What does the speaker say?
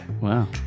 Wow